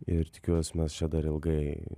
ir tikiuos mes čia dar ilgai